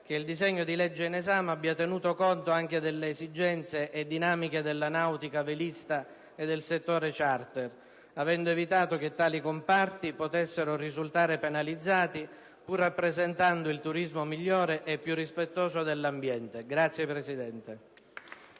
che il disegno di legge in esame abbia tenuto conto anche delle esigenze e dinamiche della nautica velista e del settore *charter*, avendo evitato che tali comparti potessero risultare penalizzati, pur rappresentando il turismo migliore e più rispettoso dell'ambiente. *(Applausi